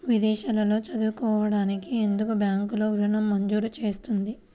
విదేశాల్లో చదువుకోవడానికి ఎందుకు బ్యాంక్లలో ఋణం మంజూరు చేస్తుంది?